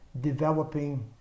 developing